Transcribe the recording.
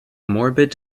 morbid